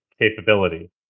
capability